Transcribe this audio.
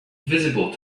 visible